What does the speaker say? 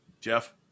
Jeff